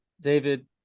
David